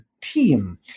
team